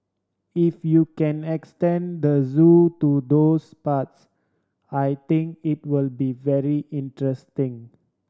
if you can extend the zoo to those parts I think it will be very interesting